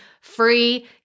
free